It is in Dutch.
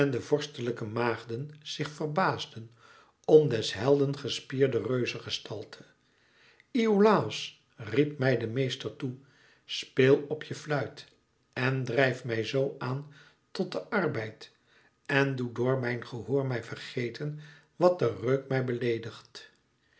de vorstelijke maagden zich verbaasden om des helden gespierde reuzegestalte iolàos riep mij de meester toe speel op je fluit en drijf mij zoo aan tot den arbeid en doe door mijn gehoor mij vergeten wat den reuk mij beleedigt